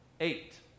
Eight